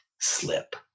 slip